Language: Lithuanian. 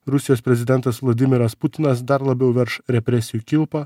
rusijos prezidentas vladimiras putinas dar labiau verš represijų kilpą